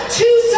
two